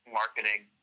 marketing